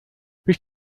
bist